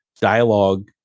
dialogue